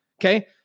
Okay